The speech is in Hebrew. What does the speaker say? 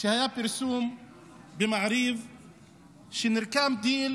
שהיה פרסום במעריב שנרקם דיל